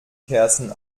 kerzen